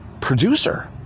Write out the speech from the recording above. producer